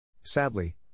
Sadly